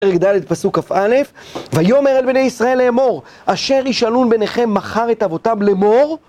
פרק ד' פסוק כ"א. ויאמר אל בני ישראל לאמור, אשר ישנון בניכם מכר את אבותם לאמור